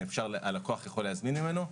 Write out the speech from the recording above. הלקוח יכול להזמין ממנו.